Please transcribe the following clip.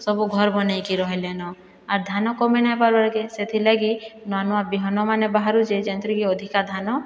ସବୁ ଘର ବନାଇକି ରହିଲେନ ଆର୍ ଧାନ କମାଇ ନାଇଁ ପାର୍ବାକେ ସେଥିଲାଗି ନୂଆ ନୁଆ ବିହନମାନେ ବାହାରୁଛେ ଯେନ୍ଥିରେକି ଅଧିକା ଧାନ